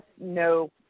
no